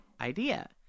idea